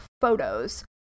photos